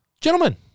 Gentlemen